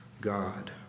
God